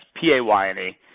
P-A-Y-N-E